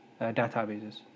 databases